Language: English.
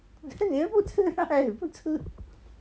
then 你又不吃他还不吃